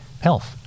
health